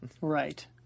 Right